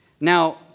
Now